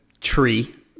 tree